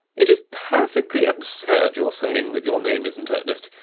it is perfectly absurd your saying that your name isn't ernest.